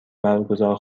برگزار